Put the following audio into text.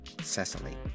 Cecily